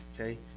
okay